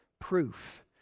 proof